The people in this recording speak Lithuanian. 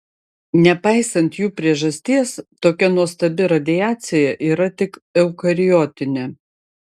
nepaisant jų priežasties tokia nuostabi radiacija yra tik eukariotinė